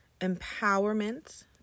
Empowerment